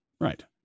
Right